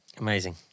Amazing